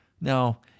Now